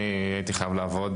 אני הייתי חייב לעבוד